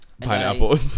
pineapple